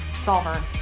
solver